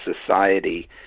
Society